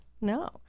No